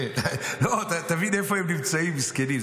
לא, תבין איפה הם נמצאים, מסכנים.